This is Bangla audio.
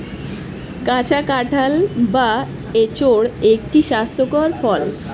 কাঁচা কাঁঠাল বা এঁচোড় একটি স্বাস্থ্যকর ফল